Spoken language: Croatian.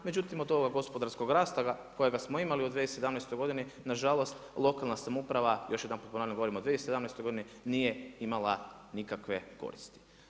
Međutim od ovoga gospodarskog rasta kojega smo imali u 2017. godini nažalost lokalna samouprava, još jedanput ponavljam govorim od 2017. godini nije imala nikakve koristi.